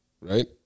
right